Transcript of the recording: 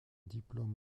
diplôme